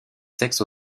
sexes